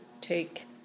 take